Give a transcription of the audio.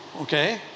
okay